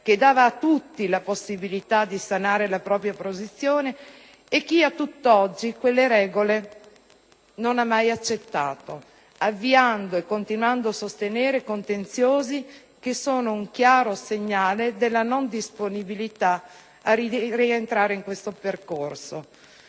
che dava a tutti la possibilità di sanare la propria posizione, e chi a tutt'oggi quelle regole non ha mai accettato, avviando e continuando a sostenere contenziosi che sono un chiaro segnale della non disponibilità a rientrare in questo percorso.